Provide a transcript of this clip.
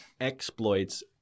exploits